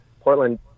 portland